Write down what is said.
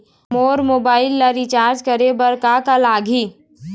मोर mobile ला recharge करे बर का का लगही?